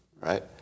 right